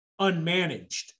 unmanaged